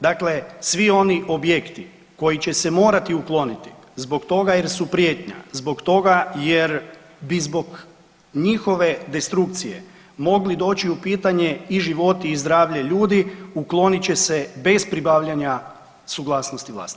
Dakle, svi oni objekti koji će se morati ukloniti zbog toga jer su prijetnja, zbog toga jer bi zbog njihove destrukcije mogli doći u pitanje i životi i zdravlje ljudi uklonit će se bez pribavljanja suglasnosti vlasnika.